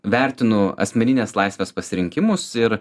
vertinu asmeninės laisvės pasirinkimus ir